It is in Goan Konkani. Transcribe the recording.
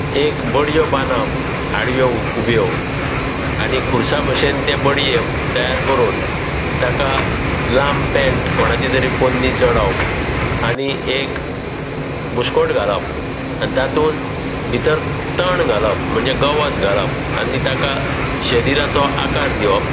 एक बड्यो बांदप आड्यो उब्यो आनी खुर्सा भशेन त्या बड्यो तयार करून ताका लांब पॅन्ट कोणाची तरी पोरणी चडोवप आनी एक बुशकोट घालप आनी तातूंत भितर तण घालप म्हणजे गवत घालप आनी ताका शरिराचो आकार दिवप